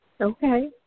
Okay